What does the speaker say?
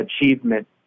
achievement